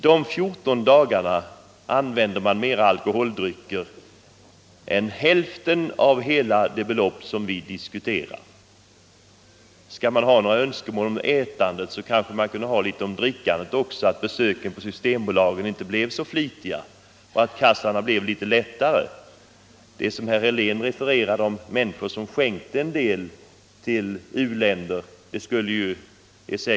De fjorton dagarna förbrukar man till alkoholdrycker hälften av hela det belopp som vi nu diskuterar. Skall man ha några önskemål om ätandet kanske man också kunde ha önskemål om drickandet och hoppas att besöken i Systembolagets butiker inte blev så flitiga och att kassarna blev litet lättare. Herr Helén talade om människor som skänkte en del pengar till u-länder.